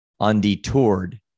Undetoured